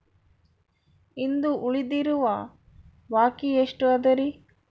ಇಂದು ಉಳಿದಿರುವ ಬಾಕಿ ಎಷ್ಟು ಅದರಿ?